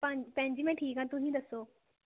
ਭਾਜ ਭੈਣ ਜੀ ਮੈਂ ਠੀਕ ਹਾਂ ਤੁਸੀਂ ਦੱਸੋ